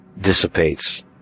dissipates